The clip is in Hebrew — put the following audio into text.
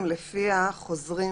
לפי ההכרזה הזאת החוזרים